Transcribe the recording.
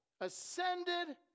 ascended